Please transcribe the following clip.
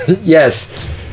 Yes